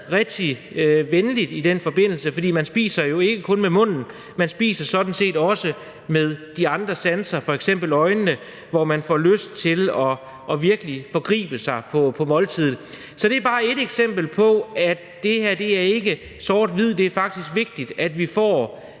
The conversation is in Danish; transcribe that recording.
rigtig godt i den forbindelse. For man spiser jo ikke kun med munden, man spiser sådan set også med de andre sanser, f.eks. øjnene, hvor man får lyst til virkelig at kaste sig over måltidet. Så det er bare ét eksempel på, at det her ikke er sort-hvidt. Det er faktisk vigtigt, at vi får